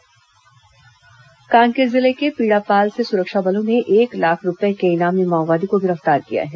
माओवादी गिरफ्तार कांकेर जिले के पीड़ापाल से सुरक्षा बलों ने एक लाख रूपए के इनामी माओवादी को गिरफ्तार किया है